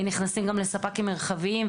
נכנסים גם לספקים מרחביים,